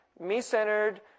me-centered